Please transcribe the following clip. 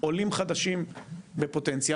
עולים חדשים בפוטנציאל,